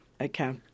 Okay